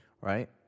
Right